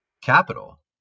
capital